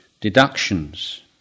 deductions